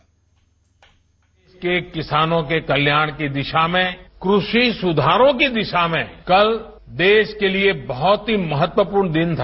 bite देश के किसानों के कल्याण की दिशा में कृषि सुधारों की दिशा में कल देश के लिए बहुत ही महत्वपूर्ण दिन था